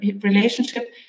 relationship